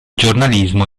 giornalismo